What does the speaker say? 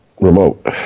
remote